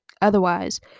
Otherwise